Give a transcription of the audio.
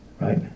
Right